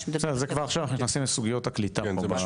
זה כבר עכשיו אנחנו נכנסים לסוגיות הקליטה פה.